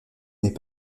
n’est